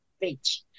beach